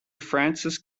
frances